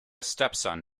stepson